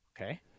Okay